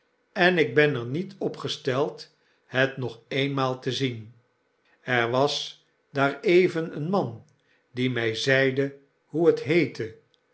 geeuw enik ben er niet op gesteld het nog eenmaal tezien er was daar even een man die mij zeide hoe het heette